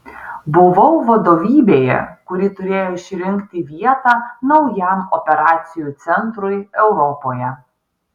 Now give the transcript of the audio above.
buvau vadovybėje kuri turėjo išrinkti vietą naujam operacijų centrui europoje